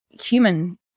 human